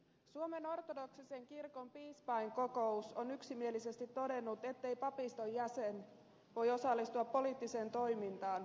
suomen ortodoksisen kirkon piispainkokous on yksimielisesti todennut ettei papiston jäsen voi osallistua poliittiseen toimintaan